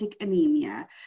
anemia